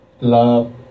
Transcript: Love